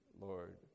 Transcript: Lord